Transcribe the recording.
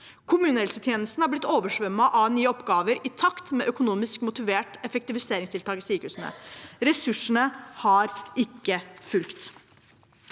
Kommunehelsetjenesten er blitt oversvømt av nye oppgaver i takt med økonomisk motiverte effektiviseringstiltak i sykehusene. Ressursene har ikke fulgt.